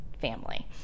family